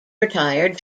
retired